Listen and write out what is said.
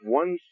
one